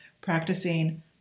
practicing